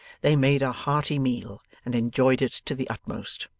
they made a hearty meal and enjoyed it to the utmost.